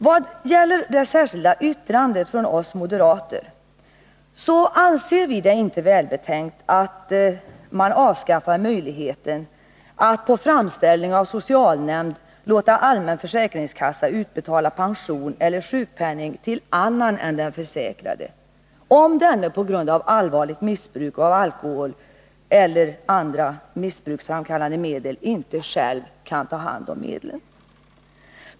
Vad beträffar det särskilda yttrandet från oss moderater anser vi det inte välbetänkt att man avskaffar möjligheten att, på framställning av socialnämnd, låta allmän försäkringskassa utbetala pension eller sjukpenning till annan än den försäkrade, om denne på grund av allvarligt missbruk av alkohol eller andra missbruksframkallande medel inte själv kan ta hand om medlen.